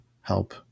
help